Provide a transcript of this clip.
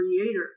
creator